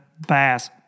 bass